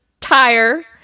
tire